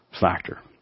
factor